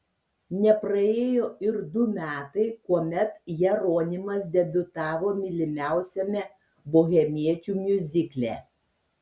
nepraėjo ir du metai kuomet jeronimas debiutavo mylimiausiame bohemiečių miuzikle